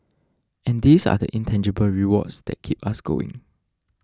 and these are the intangible rewards that keep us going